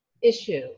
issue